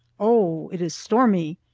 oh, it is stormy.